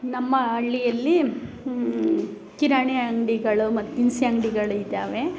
ನಮ್ಮ ಹಳ್ಳಿಯಲ್ಲಿ ಕಿರಾಣಿ ಅಂಗಡಿಗಳು ಮತ್ತು ದಿನಸಿ ಅಂಗಡಿಗಳ್ ಇದಾವೆ